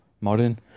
modern